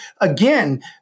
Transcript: Again